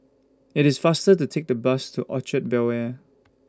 IT IS faster to Take The Bus to Orchard Bel Air